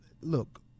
look